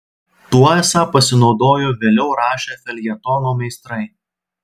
tuo esą pasinaudojo vėliau rašę feljetono meistrai